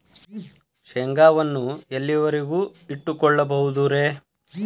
ಶೇಂಗಾವನ್ನು ಎಲ್ಲಿಯವರೆಗೂ ಇಟ್ಟು ಕೊಳ್ಳಬಹುದು ರೇ?